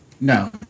No